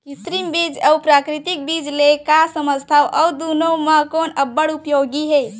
कृत्रिम बीज अऊ प्राकृतिक बीज ले का समझथो अऊ दुनो म कोन अब्बड़ उपयोगी हे?